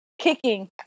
kicking